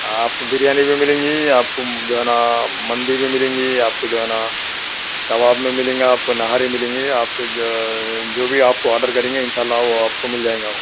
آپ کو بریانی بھی مِلیں گی آپ کو جو ہے نا مندی بھی مِلیں گی آپ کو جو ہے نا کباب میں مِلیں گا آپ کو نہاری مِلیں گی آپ کو جو جو بھی آپ کو آڈر کریں گے اِنشاء اللہ وہ آپ کو مِل جائیں گا وہ